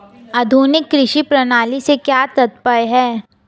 आधुनिक कृषि प्रणाली से क्या तात्पर्य है?